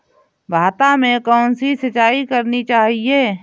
भाता में कौन सी सिंचाई करनी चाहिये?